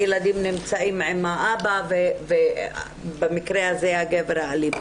הילדים נמצאים עם האבא, במקרה הזה הגבר האלים.